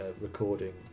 recording